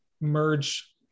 merge